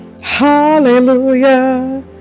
hallelujah